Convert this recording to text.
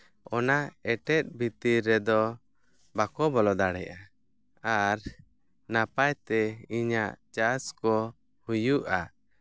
ᱚᱱᱟ ᱮᱴᱮᱫ ᱵᱷᱤᱛᱤᱨ ᱨᱮᱫᱚ ᱵᱟᱠᱚ ᱵᱚᱞᱚ ᱫᱟᱲᱮᱭᱟᱜᱼᱟ ᱟᱨ ᱱᱟᱯᱟᱭ ᱛᱮ ᱤᱧᱟᱹᱜ ᱪᱟᱥ ᱠᱚ ᱦᱩᱭᱩᱜᱼᱟ